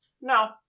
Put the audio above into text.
No